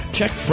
Check